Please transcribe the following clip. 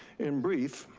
in brief,